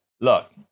look